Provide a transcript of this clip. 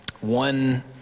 one